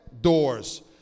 doors